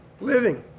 living